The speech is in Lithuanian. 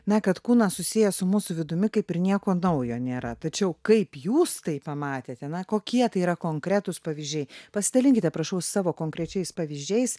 na kad kūnas susijęs su mūsų vidumi kaip ir nieko naujo nėra tačiau kaip jūs tai pamatėte na kokie tai yra konkretūs pavyzdžiai pasidalinkite prašau savo konkrečiais pavyzdžiais